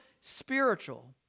spiritual